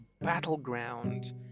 battleground